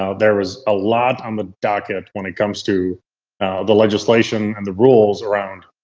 ah there was a lot on the docket when it comes to the legislation and the rules around